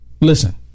Listen